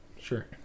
Sure